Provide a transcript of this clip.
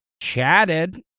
chatted